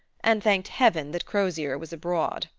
and thanked heaven that crozier was abroad.